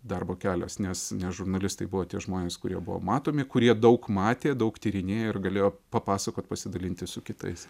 darbo kelias nes nes žurnalistai buvo tie žmonės kurie buvo matomi kurie daug matė daug tyrinėjo ir galėjo papasakot pasidalinti su kitais